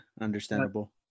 understandable